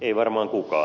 ei varmaan kukaan